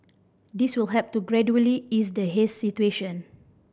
this will help to gradually ease the haze situation